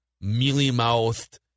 mealy-mouthed –